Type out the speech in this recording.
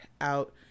out